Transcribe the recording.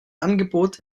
angebot